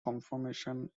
conformation